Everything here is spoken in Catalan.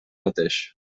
mateix